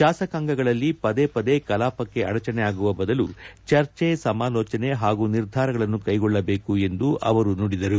ಶಾಸಕಾಂಗಗಳಲ್ಲಿ ಪದೇ ಪದೇ ಕಲಾಪ ಅಡಚಣೆ ಆಗುವ ಬದಲು ಚರ್ಚೆ ಸಮಾಲೋಚನೆ ಹಾಗೂ ನಿರ್ಧಾರಗಳನ್ನು ಕೈಗೊಳ್ಳಬೇಕು ಎಂದು ಅವರು ನುಡಿದರು